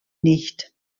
nicht